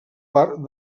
part